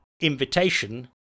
invitation